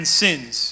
sins